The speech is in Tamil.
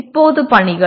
இப்போது பணிகள்